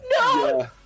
No